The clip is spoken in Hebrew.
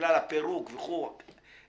בגלל הפירוק וכולי.